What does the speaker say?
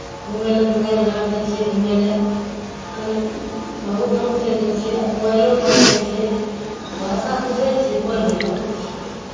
घूमय लेल मङ्गल घाट जाइ छियै ओन्नऽ घूमय लेल बाबोधाम चलि जाइ छियै मोबाइलोमे देखै छियै भाषा बुझै छियै मगर बोलि नहि पाबै छियै